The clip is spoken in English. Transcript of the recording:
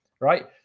right